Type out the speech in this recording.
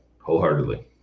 wholeheartedly